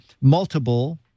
Multiple